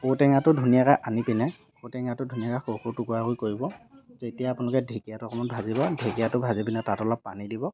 ঔটেঙাটো ধুনীয়াকৈ আনি পিনে ঔটেঙাটো ধুনীয়াকৈ সৰু সৰু টুকুৰা কৰি কৰিব তেতিয়া আপোনালোকে ঢেঁকীয়াটো অকণমান ভাজিব ঢেঁকীয়াটো ভাজি পিনে তাত অলপ পানী দিব